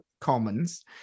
Commons